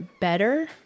better